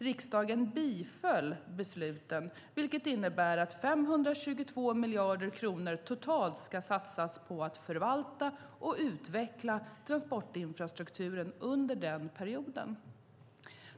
Riksdagen biföll förslagen, vilket innebär att 522 miljarder kronor totalt ska satsas på att förvalta och utveckla transportinfrastrukturen under den perioden.